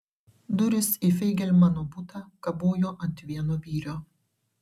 durys į feigelmano butą kabojo ant vieno vyrio